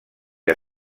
que